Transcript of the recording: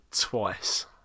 twice